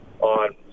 on